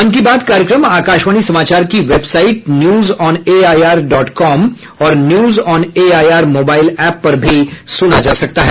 मन की बात कार्यक्रम आकाशवाणी समाचार की वेबसाइट न्यूजऑनएआईआर डॉट कॉम और न्यूजऑनएआईआर मोबाईल एप पर भी सुना जा सकता है